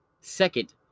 Second